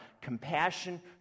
compassion